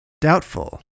Doubtful